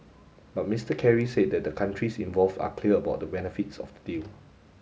but Mister Kerry said that the countries involve are clear about the benefits of the deal